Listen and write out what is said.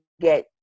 get